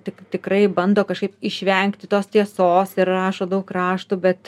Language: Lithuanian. tik tikrai bando kažkaip išvengti tos tiesos ir rašo daug raštų bet